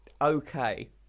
okay